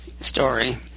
story